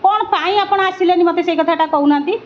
କ'ଣ ପାଇଁ ଆପଣ ଆସିଲେନି ମୋତେ ସେ କଥାଟା କହୁନାହାନ୍ତି